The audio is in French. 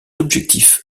objectif